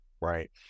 right